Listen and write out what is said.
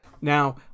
Now